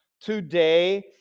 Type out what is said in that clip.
today